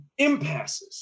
impasses